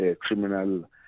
criminal